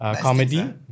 Comedy